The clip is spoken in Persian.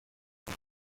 چادر